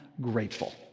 grateful